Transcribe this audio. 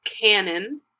canon